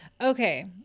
okay